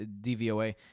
DVOA